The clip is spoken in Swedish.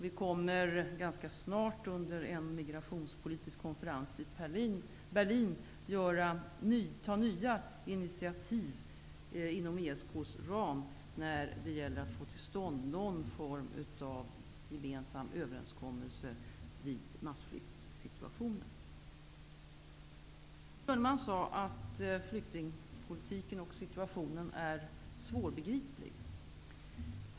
Vid den emigrationspolitiska konferensen i Berlin inom kort kommer vi att ta nya initiativ inom ESK:s ram för att få till stånd någon form av gemensam överenskommelse beträffande massflyktssituationer. Maud Björnemalm sade att flyktingsituationen är svårbegriplig.